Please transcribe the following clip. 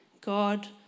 God